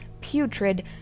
putrid